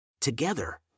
Together